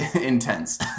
intense